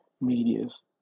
medias